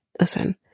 listen